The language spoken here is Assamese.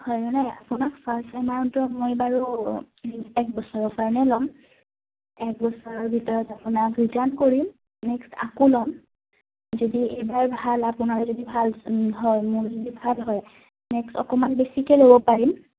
হয় মানে আপোনাক ফাৰ্ষ্ট এমাউণ্টটো মই বাৰু এক বছৰৰ কাৰণে ল'ম এক বছৰৰ ভিতৰত আপোনাক ৰিটাৰ্ণ কৰিম নেক্সট আকৌ ল'ম যদি এইবাৰ ভাল আপোনাৰ যদি ভাল হয় মোৰ যদি ভাল হয় নেক্সট অকমান বেছিকে ল'ব পাৰিম